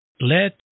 let